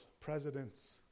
presidents